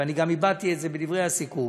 וגם הבעתי את זה בדברי הסיכום,